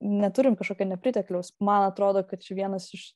neturim kažkokio nepritekliaus man atrodo kad čia vienas iš